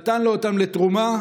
נתן לו אותם לתרומה,